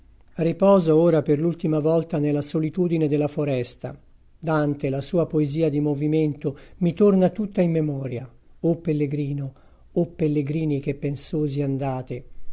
riposo ora per l'ultima volta nella solitudine della foresta dante la sua poesia di movimento mi torna tutta in memoria o pellegrino o pellegrini che pensosi andate